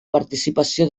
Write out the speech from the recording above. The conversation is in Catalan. participació